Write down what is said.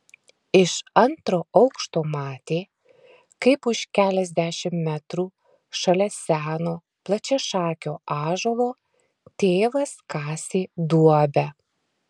iš antro aukšto matė kaip už keliasdešimt metrų šalia seno plačiašakio ąžuolo tėvas kasė duobę